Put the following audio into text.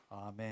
Amen